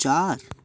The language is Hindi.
चार